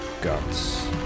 Guts